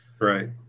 Right